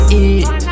eat